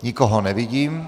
Nikoho nevidím.